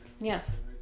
Yes